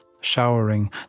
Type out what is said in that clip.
showering